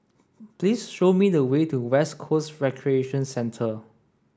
please show me the way to West Coast Recreation Centre